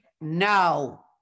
no